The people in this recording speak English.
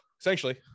essentially